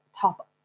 top